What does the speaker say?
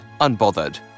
unbothered